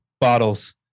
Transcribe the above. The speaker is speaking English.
bottles